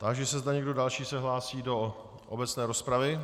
Táži se, zda někdo další se hlásí do obecné rozpravy.